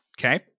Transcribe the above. Okay